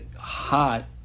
hot